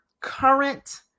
current